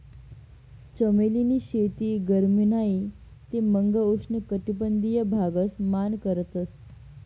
चमेली नी शेती गरमी नाही ते मंग उष्ण कटबंधिय भागस मान करतस